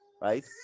right